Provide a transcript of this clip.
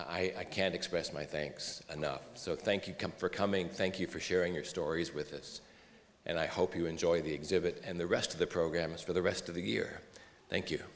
i can express my thanks and off so thank you for coming thank you for sharing your stories with us and i hope you enjoy the exhibit and the rest of the programs for the rest of the year thank you